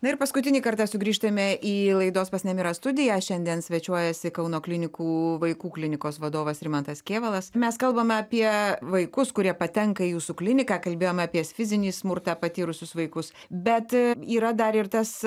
na ir paskutinį kartą sugrįžtame į laidos pas nemirą studiją šiandien svečiuojasi kauno klinikų vaikų klinikos vadovas rimantas kėvalas mes kalbame apie vaikus kurie patenka į jūsų kliniką kalbėjom apie fizinį smurtą patyrusius vaikus bet yra dar ir tas